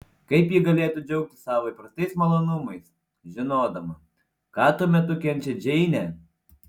kaip ji galėtų džiaugtis savo įprastais malonumais žinodama ką tuo metu kenčia džeinė